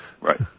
Right